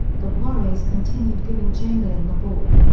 the warriors continued giving chamberlain the ball.